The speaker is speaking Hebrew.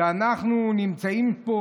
אנחנו נמצאים פה,